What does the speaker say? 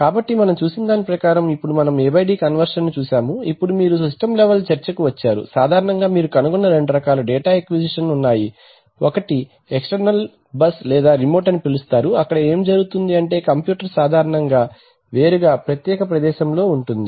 కాబట్టి మనం చూసిన దాని ప్రకారము ఇప్పుడు మనము AD కన్వర్షన్ ని చూశాము ఇప్పుడు మీరు సిస్టమ్ లెవెల్ చర్చకు వచ్చారు సాధారణంగా మీరు కనుగొన్న రెండు రకాల డేటా అక్విజిషన్ ఉన్నాయి ఒకటి ఎక్స్ టర్నల్ బస్ లేదా రిమోట్ అని పిలుస్తారు కాబట్టి అక్కడ ఏమి జరుగుతుంది అంటే కంప్యూటర్ సాధారణంగా వేరేగా ప్రత్యేక ప్రదేశంలో ఉంటుంది